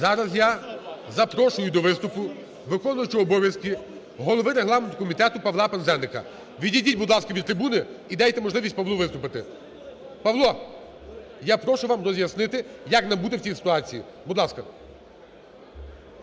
Зараз я запрошую до виступу виконуючого обов'язки голови регламентного комітету Павла Пинзеника. Відійдіть, будь ласка, від трибуни і дайте можливість Павлу виступити. Павло, я прошу вам роз'яснити, як нам бути в цій ситуації. Будь ласка.